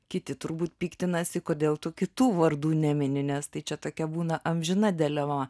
kiti turbūt piktinasi kodėl tu kitų vardų nemini nes tai čia tokia būna amžina dilema